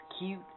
cute